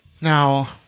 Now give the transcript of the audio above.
Now